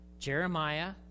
Jeremiah